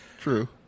True